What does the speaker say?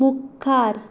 मुखार